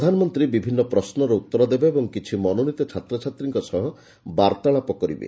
ପ୍ରଧାନମନ୍ତୀ ବିଭିନ୍ ପ୍ରଶ୍ୱର ଉତ୍ତର ଦେବେ ଓ କିଛି ମନୋନୀତ ଛାତ୍ରଛାତ୍ରୀଙ୍କ ସହ ବାର୍ତ୍ତାଳାପ କରିବେ